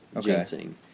ginseng